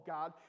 God